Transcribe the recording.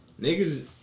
niggas